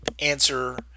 answer